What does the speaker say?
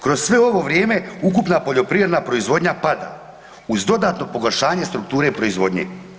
Kroz sve ovo vrijeme ukupna poljoprivredna proizvodnja pada uz dodatno pogoršanje strukture proizvodnje.